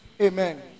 Amen